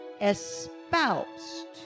espoused